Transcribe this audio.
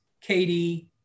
Katie